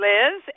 Liz